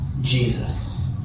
Jesus